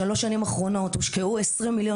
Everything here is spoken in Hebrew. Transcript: בשלוש השנים האחרונות הושקעו 20,000,000